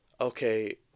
okay